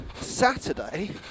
Saturday